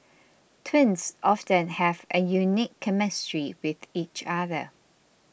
twins often have a unique chemistry with each other